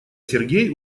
сергей